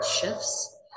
shifts